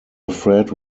afraid